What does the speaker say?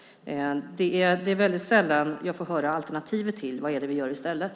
Det är sällan jag får höra alternativet. Vad är det vi gör i stället?